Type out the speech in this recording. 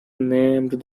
named